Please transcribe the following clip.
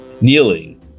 Kneeling